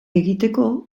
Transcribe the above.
egiteko